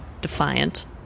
Defiant